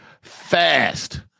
fast